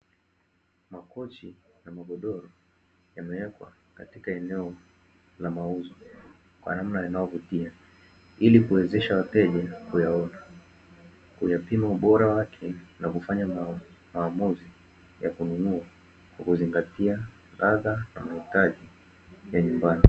Makochi na magodoro yamewekwa katika eneo la mauzo kwa namna inayovutia ili kuwezesha wateja kuyaona, kuyapima ubora wake na kufanya maamuzi ya kununua kwa kuzingatia adha na mahitaji ya nyumbani.